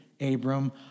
Abram